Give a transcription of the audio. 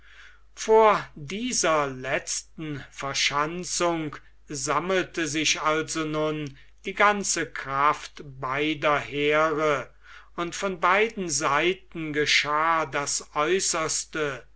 vor dieser letzten verschanzung sammelte sich also nun die ganze kraft beider heere und von beiden seiten geschah das aeußerste